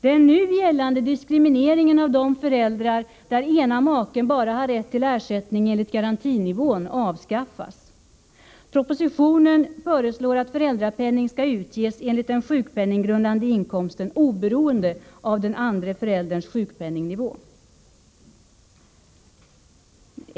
Den nu gällande diskrimineringen av de familjer där den ena maken bara har rätt till ersättning enligt garantinivån avskaffas. I propositionen föreslås att föräldrapenning skall utges enligt den sjukpenninggrundande inkomsten oberoende av den andre förälderns sjukpenningnivå.